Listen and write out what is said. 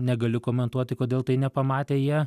negaliu komentuoti kodėl tai nepamatė jie